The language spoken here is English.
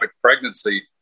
pregnancy